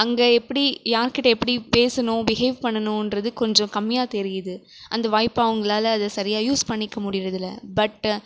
அங்கே எப்படி யார்கிட்டே எப்படி பேசணும் பிஹேவ் பண்ணணுன்றது கொஞ்சம் கம்மியாக தெரியுது அந்த வாய்ப்ப அவங்களால அது சரியாக யூஸ் பண்ணிக்க முடியுறது இல்லை பட்டு